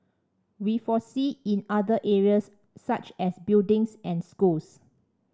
we foresee in other areas such as buildings and schools